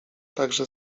także